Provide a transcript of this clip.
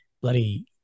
bloody